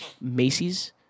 Macy's